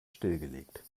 stillgelegt